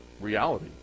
reality